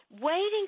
waiting